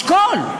לשקול.